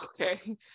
okay